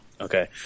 Okay